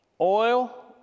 Oil